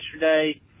yesterday